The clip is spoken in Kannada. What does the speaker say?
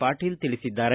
ಪಾಟೀಲ್ ತಿಳಿಸಿದ್ದಾರೆ